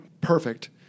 perfect